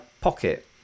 pocket